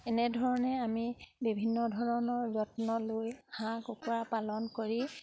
এনেধৰণে আমি বিভিন্ন ধৰণৰ যত্ন লৈ হাঁহ কুকুৰা পালন কৰি